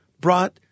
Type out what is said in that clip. brought